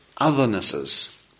othernesses